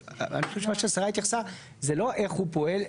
אבל אני חושב שמה שהשרה התייחסה זה לא איך הוא פועל,